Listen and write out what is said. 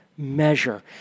measure